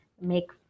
make